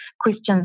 Questions